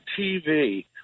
TV